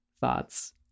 thoughts